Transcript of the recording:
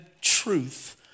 truth